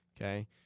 okay